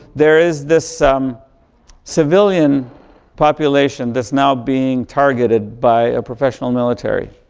there is this um civilian population that's now being targeted by a professional military.